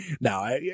now